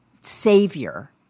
savior